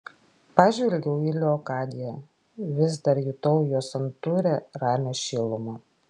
pažvelgiau į leokadiją vis dar jutau jos santūrią ramią šilumą